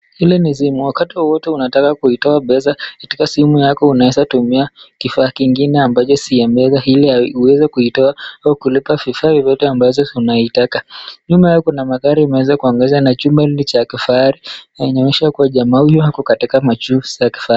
Wakati wowote unataka kutoa pesa katika simu yako unaweza tumia kifaa kingine ambacho sio MPesa ili uweze kulipa vifaa vyovyote ambazo unataka. Nyuma yao kuna magari iliyoegezwa na jumba hili ni ya kifahari na inaonyesha huyu jamaa ako katika nyumba ya kifahari.